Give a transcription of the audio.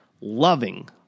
loving